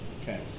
Okay